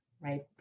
right